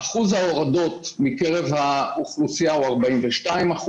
אחוז ההורדות מקרב האוכלוסייה הוא 42%,